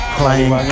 playing